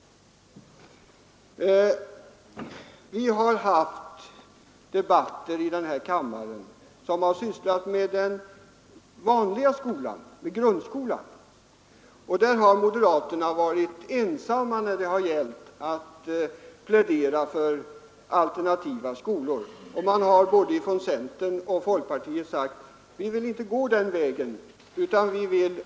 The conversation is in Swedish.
Vi har haft debatter i denna kammare om grundskolan. Där har moderaterna varit ensamma när det gällt att plädera för alternativa skolor, och både från centern och folkpartiet har sagts: ”Vi vill inte gå den vägen.